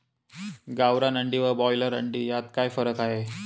गावरान अंडी व ब्रॉयलर अंडी यात काय फरक आहे?